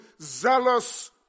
zealous